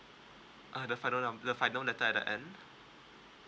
ah the final the final letter at the end